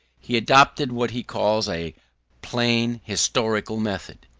he adopted what he calls a plain, historical method,